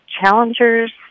challengers